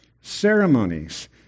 ceremonies